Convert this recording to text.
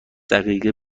دقیقه